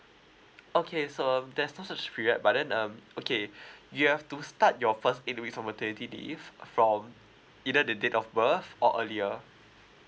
okay so um there's no such period but then um okay you have to start your first eight week of maternity leave from either the date of birth or earlier